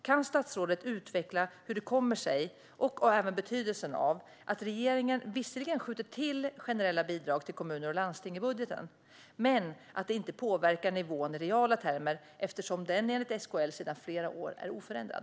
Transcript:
Kan statsrådet utveckla hur det kommer sig, och även utveckla betydelsen av, att regeringen visserligen skjuter till generella bidrag till kommuner och landsting i budgeten men att det inte påverkar nivån i reala termer? Enligt SKL är den sedan flera år oförändrad.